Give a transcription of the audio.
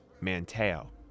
Manteo